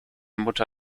mutter